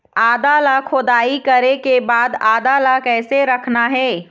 आदा ला खोदाई करे के बाद आदा ला कैसे रखना हे?